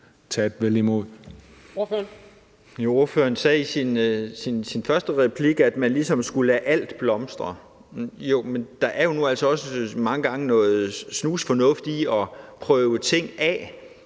Mortensen (S): Ordføreren sagde i sin første bemærkning, at man ligesom skulle lade alt blomstre. Men der er nu altså også mange gange noget snusfornuft i at prøve ting af,